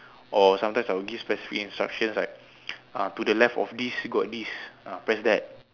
or sometimes I would give specific instruction like uh to the left of this got this ah press that